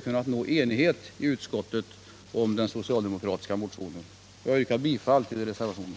kunnat nå enighet i utskottet om den socialdemokratiska motionen. Jag yrkar bifall till reservationen.